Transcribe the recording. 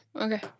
Okay